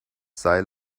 seil